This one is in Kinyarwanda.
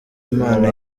mana